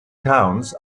towns